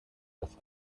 dass